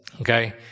Okay